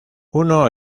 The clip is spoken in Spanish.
uno